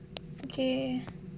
okay